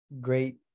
Great